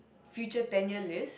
future ten year lists